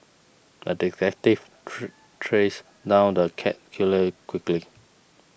the detective trace down the cat killer quickly